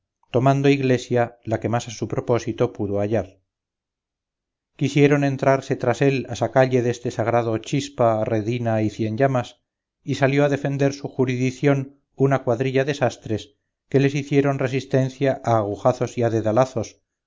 tomando iglesia la que más a su propósito pudo hallar quisieron entrarse tras él a sacalle deste sagrado chispa redina y cienllamas y salió a defender su juridición una cuadrilla de sastres que les hicieron resistencia a agujazos